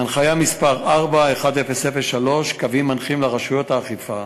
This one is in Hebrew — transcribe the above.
הנחיה מס' 4.1003, "קווים מנחים לרשויות האכיפה".